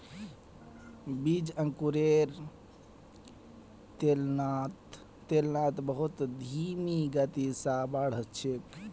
बीज अंकुरेर तुलनात बहुत धीमी गति स बढ़ छेक